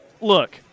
Look